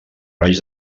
raig